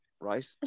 right